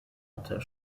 unter